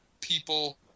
people